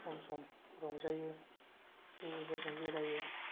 सम सम रंजायो लोगोफोरजों बेरायो